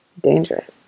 Dangerous